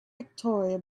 victoria